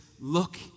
look